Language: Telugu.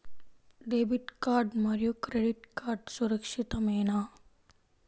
డెబిట్ కార్డ్ మరియు క్రెడిట్ కార్డ్ సురక్షితమేనా?